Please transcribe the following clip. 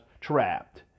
trapped